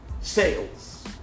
sales